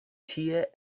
tie